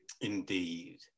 Indeed